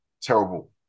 Terrible